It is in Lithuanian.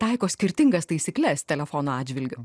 taiko skirtingas taisykles telefono atžvilgiu